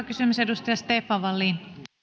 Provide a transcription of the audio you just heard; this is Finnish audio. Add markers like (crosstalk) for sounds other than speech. (unintelligible) kysymys edustaja stefan wallin